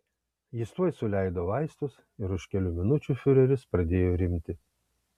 jis tuoj suleido vaistus ir už kelių minučių fiureris pradėjo rimti